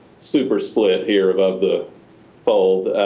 super slow to hear about the bold